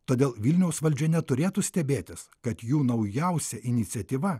todėl vilniaus valdžia neturėtų stebėtis kad jų naujausia iniciatyva